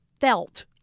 felt